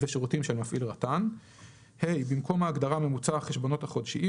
ושירותים של מפעיל רט"ן,"; במקום ההגדרה "ממוצע החשבונות החודשיים"